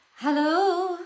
Hello